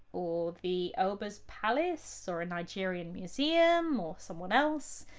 or the oba's palace, or a nigerian museum, or someone else?